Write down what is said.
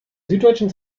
süddeutschen